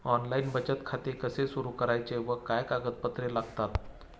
Online बचत खाते कसे सुरू करायचे व काय कागदपत्रे लागतात?